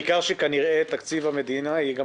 בעיקר כשכנראה תקציב המדינה יהיה גם